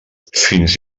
fins